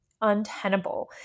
untenable